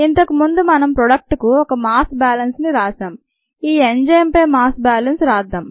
ఇంతకు ముందు మనం ప్రోడక్ట్కు ఒక మాస్ బ్యాలెల్స్ని రాశాం ఈ ఎంజైమ్ పై మాస్ బ్యాలెన్స్ రాద్దాం